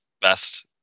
best